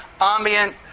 ambient